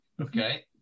Okay